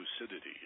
lucidity